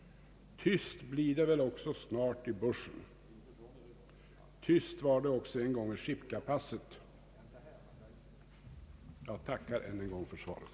Tyst blir det väl snart också i bushen. Tyst var det en gång i Schipkapasset. Jag tackar än en gång för svaret.